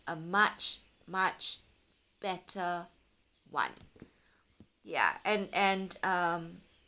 a much much better one ya and and um